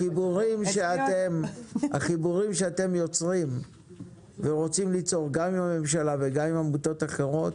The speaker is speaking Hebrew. החיבורים שאתם יוצרים ורוצים ליצור גם עם הממשלה וגם עם עמותות אחרות,